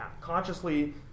consciously